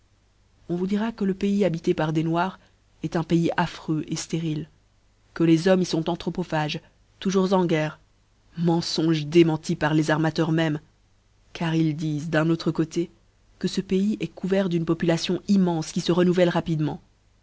on vous dira que le pays habité par des noirs eft un pays affreux ftérile que les hommes y font anthropophages toujours en guerre menfonges démentis par les armateurs même car ils difent d'un autre côté que ce pays en couvert d'une population immenfe qui fe renouvelle rapidement